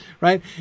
right